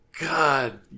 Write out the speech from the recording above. God